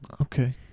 Okay